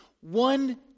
one